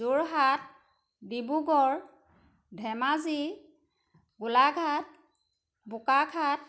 Jorhat Dibrugarh Dhemaji Golaghat Bokakhat